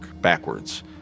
backwards